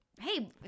Hey